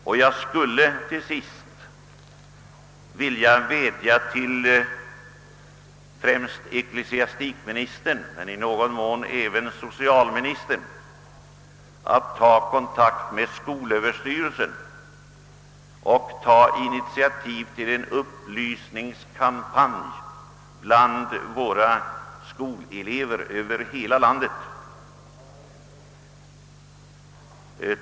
Till sist skulle jag vilja vädja till främst ecklesiastikministern men i någon mån även till socialministern att ta kontakt med skolöverstyrelsen i syfte att åstadkomma en upplysningskampanj bland skoleleverna över hela landet.